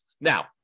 Now